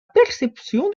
perception